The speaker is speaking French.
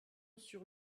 sur